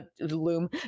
loom